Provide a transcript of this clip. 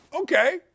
Okay